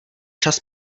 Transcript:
čas